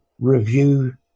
review